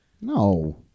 No